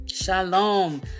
Shalom